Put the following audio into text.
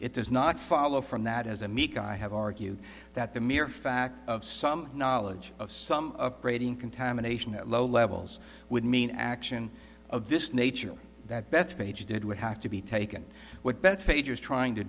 it does not follow from that as a meek i have argued that the mere fact of some knowledge of some upgrading contamination at low levels would mean action of this nature that bethpage did would have to be taken what bethpage is trying to